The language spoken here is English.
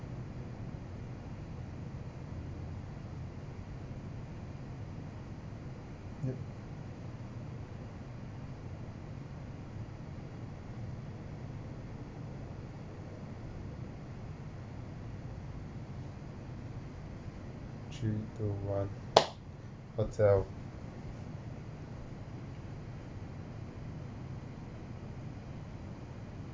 three two one hotel